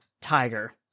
Tiger